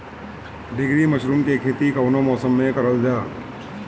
ढीघरी मशरूम के खेती कवने मौसम में करल जा?